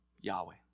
Yahweh